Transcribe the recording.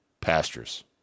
pastures